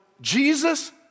Jesus